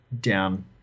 down